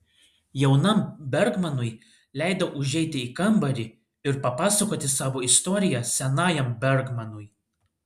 jaunam bergmanui leidau užeiti į kambarį ir papasakoti savo istoriją senajam bergmanui